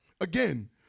Again